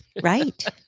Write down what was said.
right